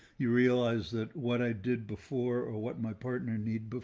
you realize that what i did before or what my partner needs, but